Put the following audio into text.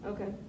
Okay